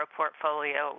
portfolio